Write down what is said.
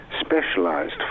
specialized